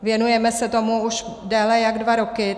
Věnujeme se tomu už déle jak dva roky.